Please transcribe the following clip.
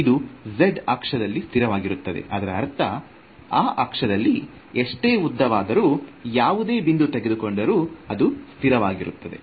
ಇದು z ಆಕ್ಷದಲ್ಲಿ ಸ್ಥಿರವಾಗಿರುತ್ತದೆ ಅದರ ಅರ್ಥ ಆ ಅಕ್ಷದಲ್ಲಿ ಎಷ್ಟೇ ಉದ್ದವಾದರೂ ಯಾವುದೇ ಬಿಂದು ತೆಗೆದುಕೊಂಡರು ಅದು ಸ್ಥಿರವಾಗಿರುತ್ತದೆ